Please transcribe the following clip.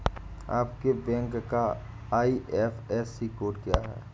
आपके बैंक का IFSC code क्या है?